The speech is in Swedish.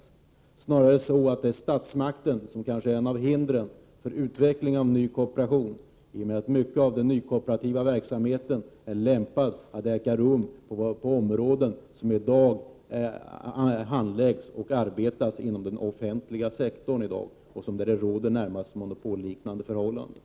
Snarare är statsmakten ett av hindren för utveckling av ny kooperation, i och med att mycket av den nykooperativa verksamheten är lämpad att äga rum på områden där man i dag arbetar inom den offentliga sektorn, där det närmast råder monopollika förhållanden.